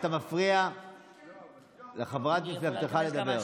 אתה מפריע לחברת מפלגתך לדבר.